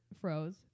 froze